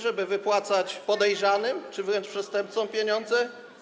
Żeby wypłacać podejrzanym, czy wręcz przestępcom, pieniądze?